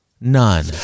none